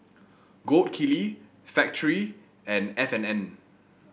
Gold Kili Factorie and F and N